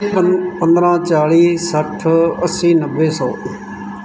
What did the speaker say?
ਪੰ ਪੰਦਰਾਂ ਚਾਲੀ ਸੱਠ ਅੱਸੀ ਨੱਬੇ ਸੌ